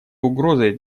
угрозой